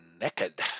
naked